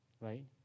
right